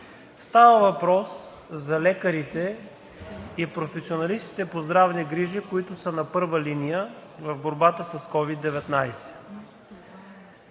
Става въпрос за лекарите и професионалистите по здравни грижи, които са на първа линия в борбата с COVID-19.